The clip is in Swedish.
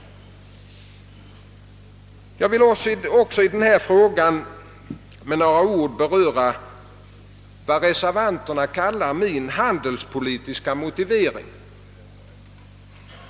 Jag vill i detta sammanhang med några ord beröra vad reservanterna kallar min handelspolitiska motivering.